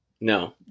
No